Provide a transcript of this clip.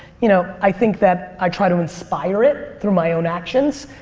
you know i think that i try to inspire it through my own actions.